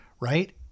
right